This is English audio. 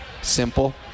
simple